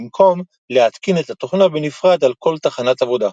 במקום להתקין את התוכנה בנפרד על כל תחנת עבודה.